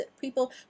people